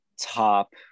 top